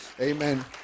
amen